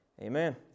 Amen